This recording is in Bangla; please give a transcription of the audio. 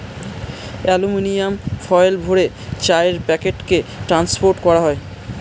অ্যালুমিনিয়াম ফয়েলে ভরে চায়ের প্যাকেটকে ট্রান্সপোর্ট করা হয়